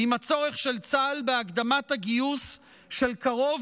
עם הצורך של צה"ל בהקדמת הגיוס של קרוב